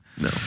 No